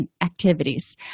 activities